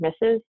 misses